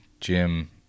Jim